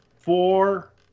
Four